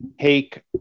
take